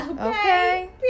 Okay